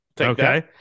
Okay